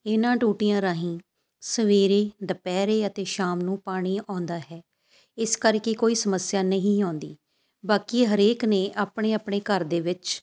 ਇਹਨਾਂ ਟੂਟੀਆਂ ਰਾਹੀਂ ਸਵੇਰੇ ਦੁਪਹਿਰੇ ਅਤੇ ਸ਼ਾਮ ਨੂੰ ਪਾਣੀ ਆਉਂਦਾ ਹੈ ਇਸ ਕਰਕੇ ਕੋਈ ਸਮੱਸਿਆ ਨਹੀਂ ਆਉਂਦੀ ਬਾਕੀ ਹਰੇਕ ਨੇ ਆਪਣੇ ਆਪਣੇ ਘਰ ਦੇ ਵਿੱਚ